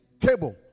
Cable